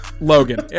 Logan